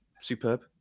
superb